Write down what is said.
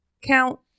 count